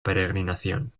peregrinación